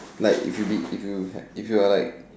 like if you be if you had if you're like